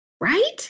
right